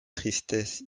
tristesse